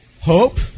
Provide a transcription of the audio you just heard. Hope